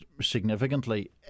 significantly